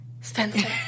Spencer